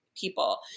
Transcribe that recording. people